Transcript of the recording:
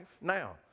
Now